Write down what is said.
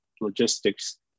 logistics